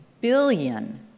billion